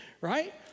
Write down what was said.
right